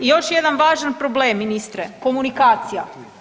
I još jedan važan problem ministre, komunikacija.